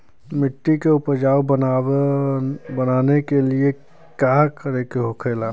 मिट्टी के उपजाऊ बनाने के लिए का करके होखेला?